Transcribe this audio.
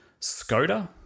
Skoda